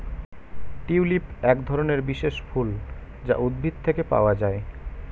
tulip একধরনের বিশেষ ফুল যা উদ্ভিদ থেকে পাওয়া যায়